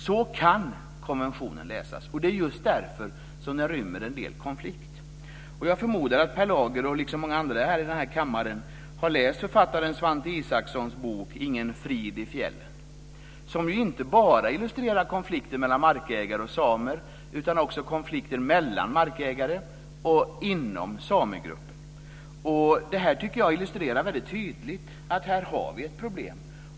Så kan konventionen läsas. Och det är just därför som den rymmer en del konflikter. jag förmodar att Per Lager liksom många andra i den här kammaren har läst författaren Svante Isakssons bok Ingen frid i fjällen, som ju inte bara illustrerar konflikten mellan markägare och samer utan också konflikter mellan markägare och inom samegruppen. Detta tycker jag väldigt tydligt illustrerar att vi här har ett problem.